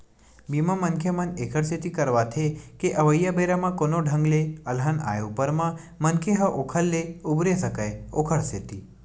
बीमा, मनखे मन ऐखर सेती करवाथे के अवइया बेरा म कोनो ढंग ले अलहन आय ऊपर म मनखे ह ओखर ले उबरे सकय ओखर सेती